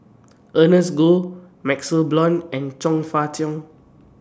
Ernest Goh MaxLe Blond and Chong Fah Cheong